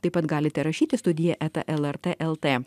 taip pat galite rašyti studija eta lrt lt